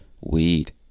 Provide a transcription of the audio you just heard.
weed